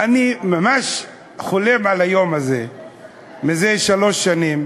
אני ממש חולם על היום הזה מזה שלוש שנים,